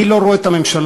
אני לא רואה את הממשלה.